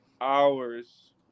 hours